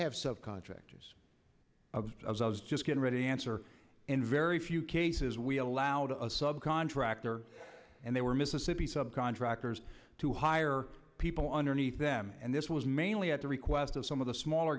have subcontractors as i was just getting ready answer in very few cases we allowed a sub contractor and they were mississippi subcontractors to hire people underneath them and this was mainly at the request of some of the smaller